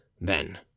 Then